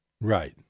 Right